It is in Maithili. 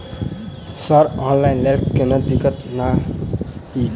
सर ऑनलाइन लैल कोनो दिक्कत न ई नै?